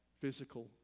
physical